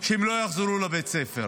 שהם לא יחזרו לבית הספר.